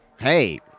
Hey